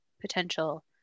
potential